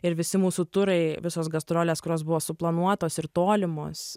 ir visi mūsų turai visos gastrolės kurios buvo suplanuotos ir tolimos